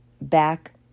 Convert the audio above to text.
back